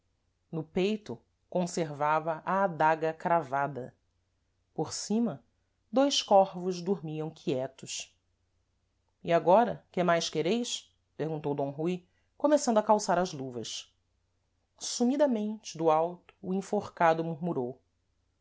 no peito conservava a adaga cravada por cima dois corvos dormiam quietos e agora que mais quereis perguntou d rui começando a calçar as luvas sumidamente do alto o enforcado murmurou